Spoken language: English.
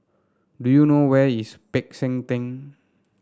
do you know where is Peck San Theng